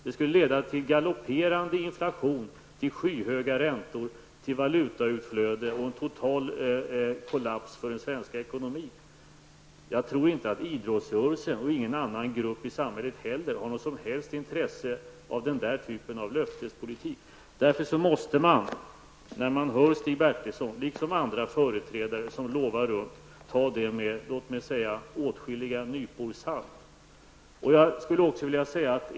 Det skulle leda till galopperande inflation, skyhöga räntor, valutautflöde och total kollaps för den svenska ekonomin. Jag tror att varken idrottsrörelsen eller någon annan grupp i samhället har något som helst intresse av den här typen av löftespolitik. När man hör Stig Bertilsson och andra företrädare som lovar runt, måste man ta det med åtskilliga nypor salt.